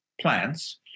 plants